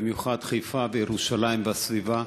במיוחד חיפה וירושלים והסביבה,